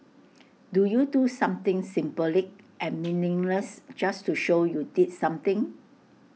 do you do something symbolic and meaningless just to show you did something